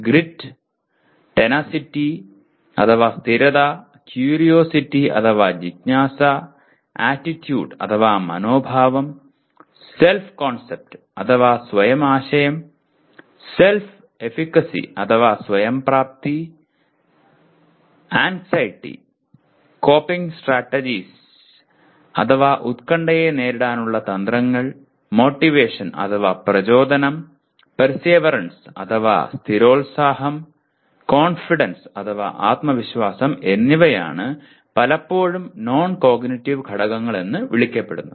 grit tenacity അഥവാ സ്ഥിരത curiosity അഥവാ ജിജ്ഞാസ ആറ്റിട്യൂട് അഥവാ മനോഭാവം സെല്ഫ് കോൺസെപ്റ്റ് അഥവാ സ്വയം ആശയം സെല്ഫ് എഫീക്കസി അഥവാ സ്വയംപ്രാപ്തി ആൻക്സൈറ്റി കോപ്പിങ് സ്ട്രാറ്റജിസ് അഥവാ ഉത്കണ്ഠയെ നേരിടാനുള്ള തന്ത്രങ്ങൾ മോട്ടിവേഷൻ അഥവാ പ്രചോദനം പെർസീവെറാൻസ് അഥവാ സ്ഥിരോത്സാഹം കോൺഫിഡൻസ് അഥവാ ആത്മവിശ്വാസം എന്നിവയാണ് പലപ്പോഴും നോൺ കോഗ്നിറ്റീവ് ഘടകങ്ങൾ എന്ന് വിളിക്കപ്പെടുന്നത്